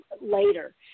later